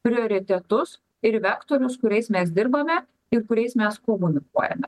prioritetus ir vektorius kuriais mes dirbame ir kuriais mes komunikuojame